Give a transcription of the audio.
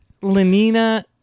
Lenina